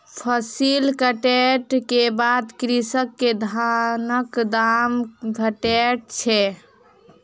फसिल कटै के बाद कृषक के धानक दाम भेटैत छै